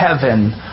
heaven